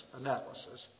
analysis